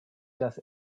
das